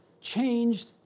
changed